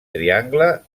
triangle